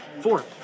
Four